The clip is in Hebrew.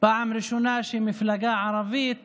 פעם ראשונה שמפלגה ערבית